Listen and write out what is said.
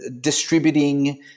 distributing